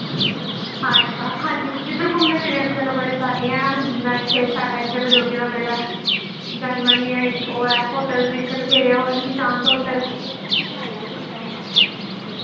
अच्छा हां जी इद्धर घूमने फिरने आह्लियां जगह बड़ी सारियां हैन जियां इत्थै साढ़े इत्थें बजुर्गें दा बेह्ड़ा ऐ जानी मानी ऐ इक ओह् ऐ होटल इत्थें बत्थेरे ऐ ओह् ई शांत होटल